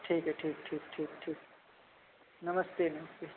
ठीक है ठीक ठीक ठीक ठीक नमस्ते नमस्ते